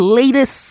latest